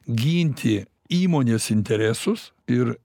ginti įmonės interesus ir